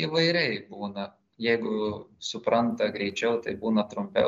įvairiai būna jeigu supranta greičiau tai būna trumpiau